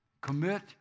Commit